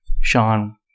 Sean